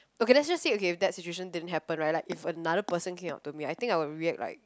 okay let's just say okay that situation didn't happen right like if another person came up to me I think I will react like